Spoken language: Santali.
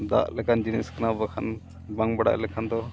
ᱫᱟᱜ ᱞᱮᱠᱟᱱ ᱡᱤᱱᱤᱥ ᱠᱟᱱᱟ ᱵᱟᱝᱠᱷᱟᱱ ᱵᱟᱝ ᱵᱟᱰᱟᱭ ᱞᱮᱠᱷᱟᱱ ᱫᱚ